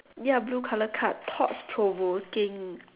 ya blue colour card thought provoking